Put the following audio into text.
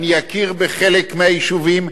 אני אכיר בחלק מהיישובים.